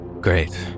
great